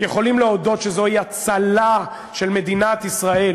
יכולים להודות שזו הצלה של מדינת ישראל